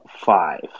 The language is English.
five